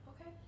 Okay